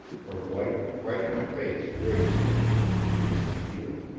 her white, frightened face raised to him in piteous appeal.